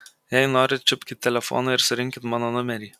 jei norit čiupkit telefoną ir surinkit mano numerį